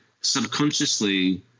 subconsciously